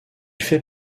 fait